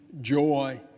joy